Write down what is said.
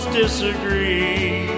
disagree